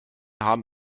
haben